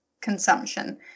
consumption